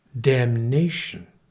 damnation